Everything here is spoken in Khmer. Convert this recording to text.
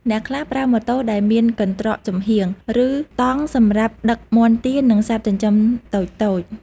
អ្នកខ្លះប្រើម៉ូតូដែលមានកន្ត្រកចំហៀង ឬតង់សម្រាប់ដឹកមាន់ទា និងសត្វចិញ្ចឹមតូចៗ។